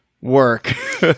work